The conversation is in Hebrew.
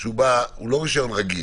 שהוא לא רישיון רגיל,